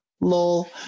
Lol